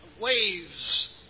waves